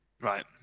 Right